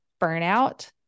burnout